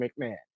McMahon